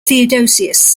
theodosius